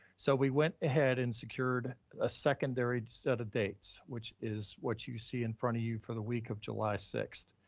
so we went ahead and secured a secondary set of dates, which is what you see in front of you for the week of july sixth.